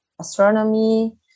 astronomy